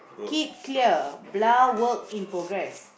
keep clear blah work in progress